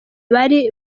bari